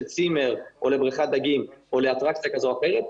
צימר או לבריכת דגים או לאטרקציה כזו או אחרת,